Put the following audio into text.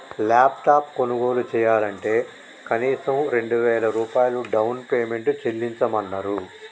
laptop కొనుగోలు చెయ్యాలంటే కనీసం రెండు వేల రూపాయలు డౌన్ పేమెంట్ చెల్లించమన్నరు